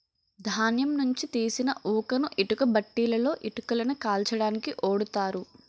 ధాన్యం నుంచి తీసిన ఊకను ఇటుక బట్టీలలో ఇటుకలను కాల్చడానికి ఓడుతారు